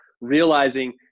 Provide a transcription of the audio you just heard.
realizing